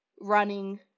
running